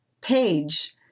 page